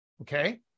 Okay